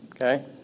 Okay